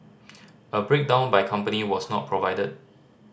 a breakdown by company was not provided